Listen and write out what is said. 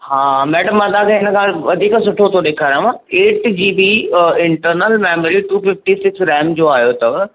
हा मैडम मां तव्हांखे हिन खां वधीक सुठो थो ॾेखारियांव eight G B internal memory two fifty six RAM जो आयो अथव